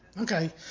Okay